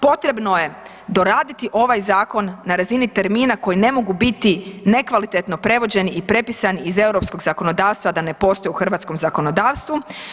Potrebno je doraditi ovaj zakon na razini termina koji ne mogu biti nekvalitetno prevođeni i prepisani iz europskog zakonodavstva da ne postoji u hrvatskom zakonodavstvu.